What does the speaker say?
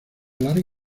larga